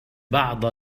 بعض